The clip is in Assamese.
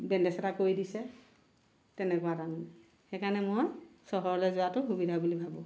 বেণ্ডেজ এটা কৰি দিছে তেনেকুৱা তাৰমানে সেইকাৰণে মই চহৰলৈ যোৱাটো সুবিধা বুলি ভাবোঁ